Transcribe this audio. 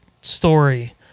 story